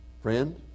friend